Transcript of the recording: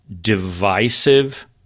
divisive